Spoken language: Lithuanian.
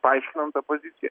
paaiškinom tą poziciją